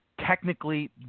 technically